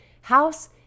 house